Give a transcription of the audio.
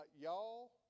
y'all